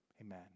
amen